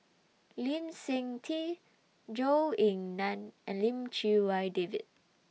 Lee Seng Tee Zhou Ying NAN and Lim Chee Wai David